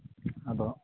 ᱟᱫᱚ